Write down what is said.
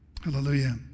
Hallelujah